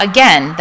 Again